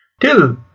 till